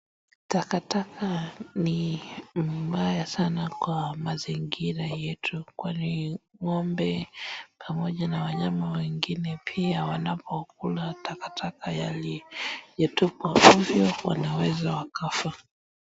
Takataka ni mbaya sana kwa mazingira yetu kwani ngombe pamoja na wanyama wengine pia wanapokula takataka yaliyotupwa ovyo wanaweza wakafa.